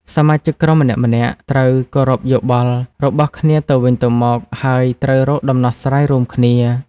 សមាជិកក្រុមម្នាក់ៗត្រូវ គោរពយោបល់ របស់គ្នាទៅវិញទៅមក ហើយត្រូវរកដំណោះស្រាយរួមគ្នា។